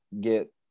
get